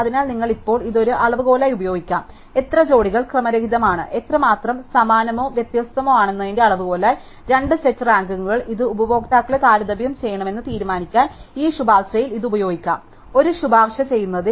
അതിനാൽ നിങ്ങൾക്ക് ഇപ്പോൾ ഇത് ഒരു അളവുകോലായി ഉപയോഗിക്കാം എത്ര ജോഡികൾ ക്രമരഹിതമാണ് എത്രമാത്രം സമാനമോ വ്യത്യസ്തമോ ആണെന്നതിന്റെ അളവുകോലായി രണ്ട് സെറ്റ് റാങ്കിംഗുകൾ ഏത് ഉപഭോക്താക്കളെ താരതമ്യം ചെയ്യണമെന്ന് തീരുമാനിക്കാൻ ഈ ശുപാർശയിൽ ഇത് ഉപയോഗിക്കാം ഒരു ശുപാർശ ചെയ്യുന്നതിൽ